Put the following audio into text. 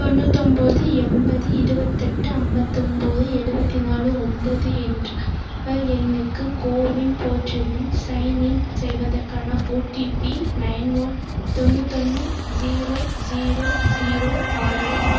தொண்ணூத்தொம்பது எண்பது இருபத்தெட்டு ஐம்பத்தொம்போது எழுபத்தி நாலு ஒம்பது என்ற மொபைல் எண்ணுக்கு கோவின் போர்ட்டலில் சைன்இன் செய்வதற்கான ஓடிபி நயன் ஒன் தொண்ணூற்று ஒன்று ஸீரோ ஸீரோ ஸீரோ ஆறு